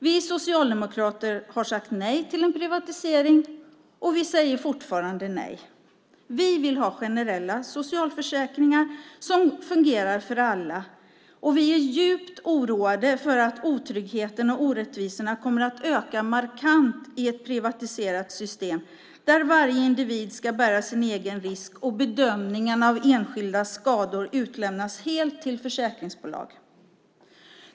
Vi socialdemokrater har sagt nej till en privatisering, och vi säger fortfarande nej. Vi vill ha generella socialförsäkringar som fungerar för alla. Vi är djupt oroade för att otryggheten och orättvisorna kommer att öka markant i ett privatiserat system där varje individ ska bära sin egen risk och bedömningen av enskildas skador lämnas helt till försäkringsbolag.